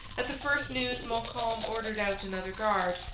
at the first news montcalm ordered out another guard,